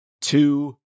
two